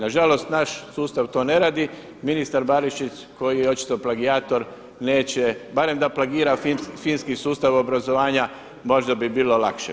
Nažalost, naš sustav to ne radi, ministar Barišić koji je očito plagijator neće barem da plagira finski sustav obrazovanja možda bi bilo lakše.